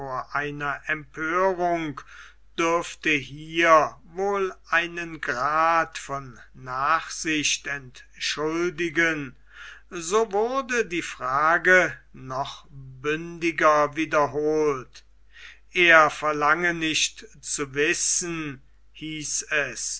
einer empörung dürfte hier wohl einen grad von nachsicht entschuldigen so wurde die frage noch bündiger wiederholt er verlange nicht zu wissen hieß es